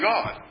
God